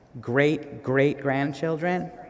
great-great-grandchildren